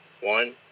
One